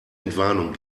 entwarnung